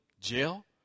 jail